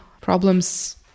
problems